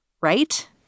right